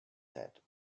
said